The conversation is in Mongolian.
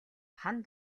хана